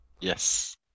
Yes